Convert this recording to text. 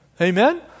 Amen